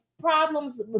problems